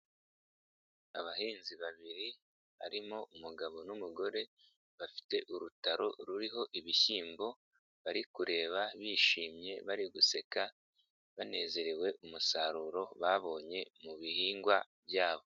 Abahinzi babiri harimo umugabo n'umugore bafite urutaro ruriho ibishyimbo bari kureba bishimye bari guseka banezerewe umusaruro babonye mu bihingwa byabo.